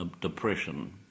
Depression